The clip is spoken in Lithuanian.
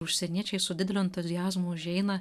užsieniečiai su dideliu entuziazmu užeina